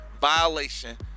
violation